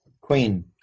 Queen